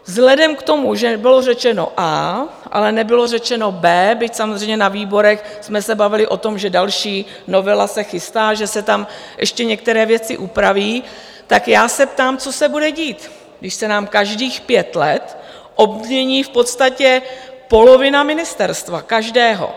Vzhledem k tomu, že bylo řečeno A, ale nebylo řečeno B, byť samozřejmě na výborech jsme se bavili o tom, že další novela se chystá, že se tam ještě některé věci upraví, tak já se ptám, co se bude dít, když se nám každých pět let obmění v podstatě polovina ministerstva každého.